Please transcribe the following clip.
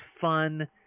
fun